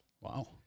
wow